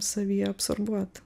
savy absorbuot